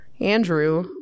Andrew